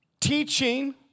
teaching